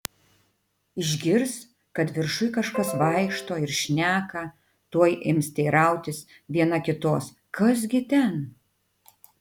išgirs kad viršuj kažkas vaikšto ar šneka tuoj ims teirautis viena kitos kas gi ten